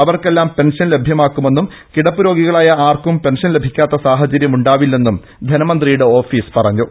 അവർക്കെല്ലാം പെൻഷൻ ലഭ്യമാ ക്കുമെന്നും കിടപ്പുരോഗികളായ ആർക്കും പെൻഷൻ ലഭിക്കാത്ത സാഹചര്യം ഉണ്ടാ വില്ലെന്നും ധനമന്ത്രിയുടെ ഓഫീസ് പറഞ്ഞു